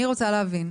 אני רוצה להבין.